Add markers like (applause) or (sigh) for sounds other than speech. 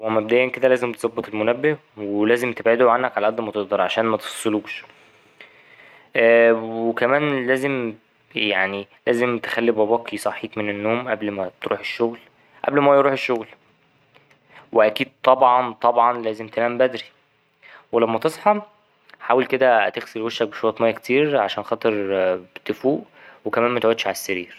هو مبدأيا كده لازم تظبط المنبه ولازم تبعده عنك على اد ما تقدر عشان متفصلوش (hesitation) وكمان لازم يعني لازم تخلي باباك يصحيك من النوم قبل ماتروح الشغل قبل ما هو يروح الشغل وأكيد طبعا طبعا لازم تنام بدري ولما تصحى حاول كده تغسل وشك بشوية مايه كتير عشان خاطر تفوق وكمان متقعدش على السرير.